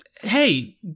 Hey